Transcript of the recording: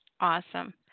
awesome